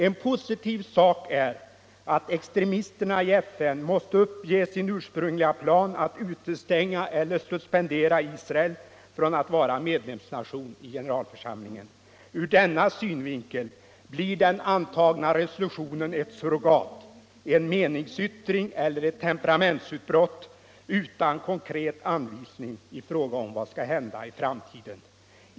En positiv sak är att extremisterna i FN måste uppge sin ursprungliga plan att utestänga eller suspendera Israel från att vara medlemsnation i generalförsamlingen. Ur denna synvinkel blir den antagna resolutionen ett surrogat — en meningsyttring eller ett temperamentsutbrott utan konkret anvisning om vad som skall hända i framtiden.